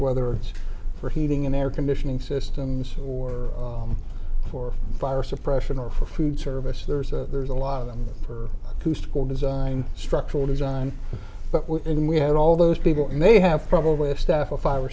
whether it's for heating and air conditioning systems or for fire suppression or for food service there's a there's a lot of them for who scored design structural design but within we had all those people and they have probably a staff of five or